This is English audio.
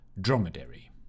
dromedary